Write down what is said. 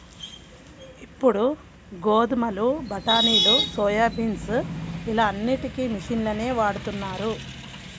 ఇప్పుడు గోధుమలు, బఠానీలు, సోయాబీన్స్ ఇలా అన్నిటికీ మిషన్లనే వాడుతున్నారు